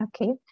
Okay